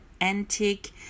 antique